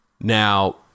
now